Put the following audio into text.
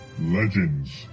Legends